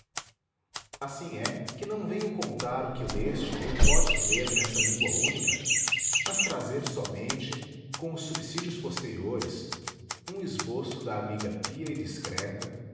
assim é que não venho contar o que leste ou podes ler nessa língua única mas trazer somente com os subsídios posteriores um esboço da amiga pia e discreta